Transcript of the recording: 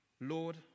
Lord